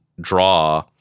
draw